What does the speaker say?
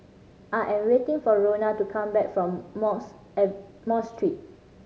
I am waiting for Roena to come back from Mosque Street